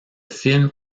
film